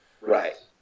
Right